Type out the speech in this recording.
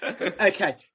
Okay